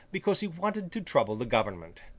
because he wanted to trouble the government.